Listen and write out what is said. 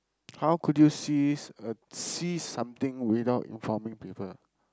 how could you cease a cease something without informing people